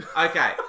Okay